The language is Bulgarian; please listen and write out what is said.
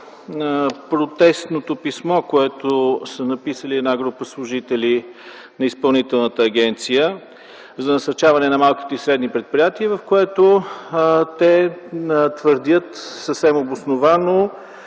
продиктуван от протестното писмо, което са написали една група служители на Изпълнителната агенция за насърчаване на малките и средни предприятия, в което те твърдят съвсем обосновано,